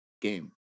game